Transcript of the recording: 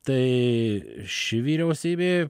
tai ši vyriausybė